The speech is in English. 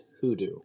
hoodoo